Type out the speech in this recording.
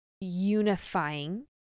unifying